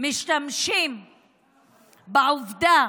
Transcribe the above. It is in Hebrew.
משתמשים בעובדה